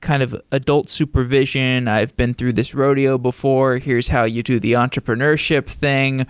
kind of adult supervision, i've been through this rodeo before. here's how you do the entrepreneurship thing,